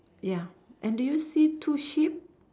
ya and do you see two sheep